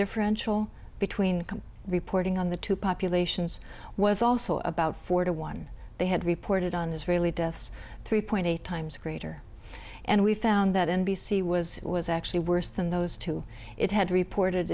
differential between reporting on the two populations was also about four to one they had reported on israeli deaths three point eight times greater and we found that n b c was it was actually worse than those two it had reported